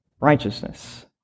Righteousness